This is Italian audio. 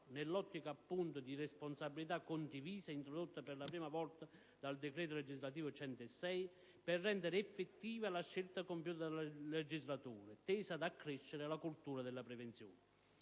assunte le responsabilità condivise introdotte per la prima volta dal decreto legislativo n. 106 del 2009per rendere effettiva la scelta compiuta dal legislatore tesa ad accrescere la cultura della prevenzione.